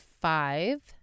five